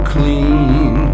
clean